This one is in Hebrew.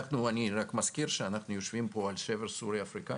ואני רק מזכיר שאנחנו יושבים פה על השבר הסורי-אפריקאי